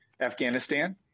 Afghanistan